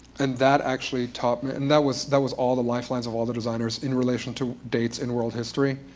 and that actually taught me and that was that was all the lifelines of all the designers in relation to dates in world history.